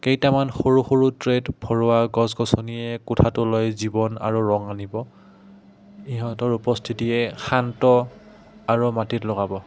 কেইটামান সৰু সৰু ট্ৰে'ত ভৰুৱা গছ গছনিয়ে কোঠটোলৈ জীৱন আৰু ৰং আনিব ইহঁতৰ উপস্থিতিয়ে শান্ত আৰু মাটিত লগাব